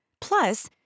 Plus